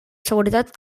seguretat